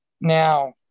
now